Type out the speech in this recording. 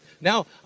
Now